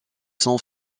son